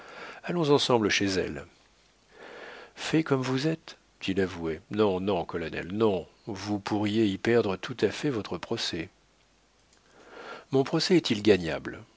allons ensemble chez elle fait comme vous êtes dit l'avoué non non colonel non vous pourriez y perdre tout à fait votre procès mon procès est-il gagnable